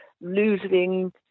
losing